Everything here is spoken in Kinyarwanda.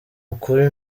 ukuri